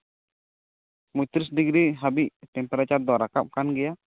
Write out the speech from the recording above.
ᱯᱚᱸᱭᱛᱨᱤᱥ ᱰᱤᱜᱽᱨᱤ ᱦᱟᱹᱵᱤᱡᱽ ᱴᱮᱢᱯᱟᱨᱮᱪᱟᱨ ᱫᱚ ᱨᱟᱠᱟᱯ ᱠᱟᱱ ᱜᱮᱭᱟ